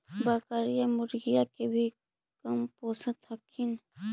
बकरीया, मुर्गीया के भी कमपोसत हखिन?